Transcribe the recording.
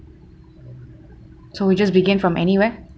so we just begin from anywhere